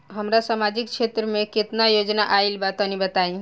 हमरा समाजिक क्षेत्र में केतना योजना आइल बा तनि बताईं?